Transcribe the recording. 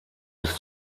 bis